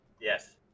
Yes